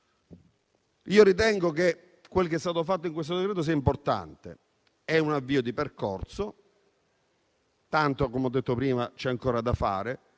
Io ritengo che quel che è stato fatto in questo decreto sia importante. È un avvio di percorso. Tanto - come ho detto prima - c'è ancora da fare.